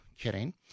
Kidding